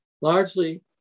largely